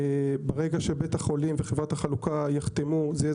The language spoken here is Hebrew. ברגע שבתי החולים וחברת החלוקה יחתמו זה יהיה